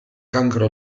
cancro